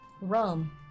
rum